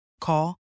Call